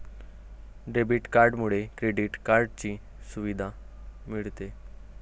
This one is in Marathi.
डेबिट कार्डमुळे क्रेडिट कार्डची सुविधा मिळते